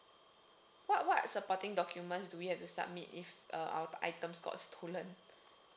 what what supporting documents do we have to submit if uh our items got stolen